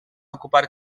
ocupar